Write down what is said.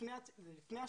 לפני השירות,